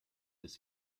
des